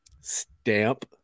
Stamp